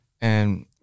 and-